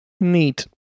neat